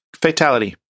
fatality